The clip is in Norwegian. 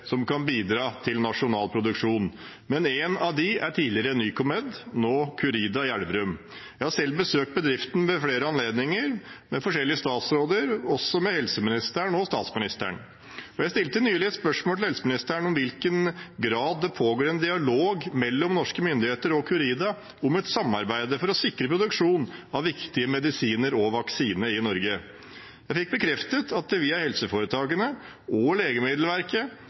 som kan bidra til nasjonal produksjon, én av dem er tidligere Nycomed, nå Curida, i Elverum. Jeg har selv besøkt bedriften ved flere anledninger, med forskjellige statsråder, også helseministeren og statsministeren. Jeg stilte nylig et spørsmål til helseministeren om i hvilken grad det pågår en dialog mellom norske myndigheter og Curida om et samarbeid for å sikre produksjon av viktige medisiner og vaksiner i Norge. Jeg fikk bekreftet at det via helseforetakene og Legemiddelverket